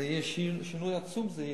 זה יהיה שינוי עצום.